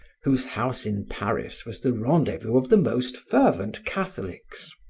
whose house in paris was the rendezvous of the most fervent catholics.